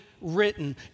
written